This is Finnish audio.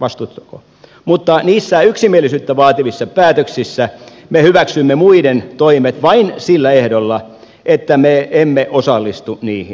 vastustako mutta niissä yksimielisyyttä vaativissa päätöksissä me hyväksymme muiden toimet vain sillä ehdolla että me emme osallistu niihin